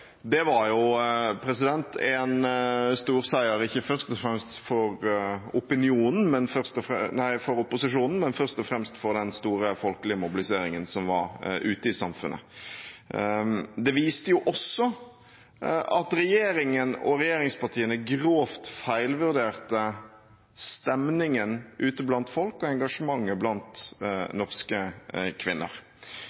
Det var en stor seier ikke først og fremst for opposisjonen, men for den store folkelige mobiliseringen som var ute i samfunnet. Det viste også at regjeringen og regjeringspartiene grovt feilvurderte stemningen ute blant folk og engasjementet blant